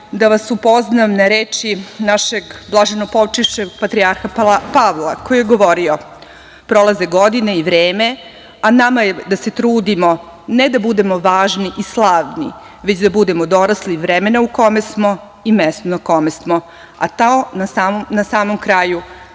da vas upoznam sa rečima našeg blaženopočivšeg patrijarha Pavla koji je govorio – prolaze godine i vreme, a nama je da se trudimo, ne da budemo važni i slavni, već da budemo dorasli vremena u kome smo i mestu na kome smo, a to na samom kraju